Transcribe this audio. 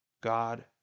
God